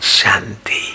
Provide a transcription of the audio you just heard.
shanti